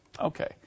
Okay